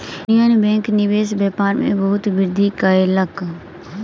union Bank निवेश व्यापार में बहुत वृद्धि कयलक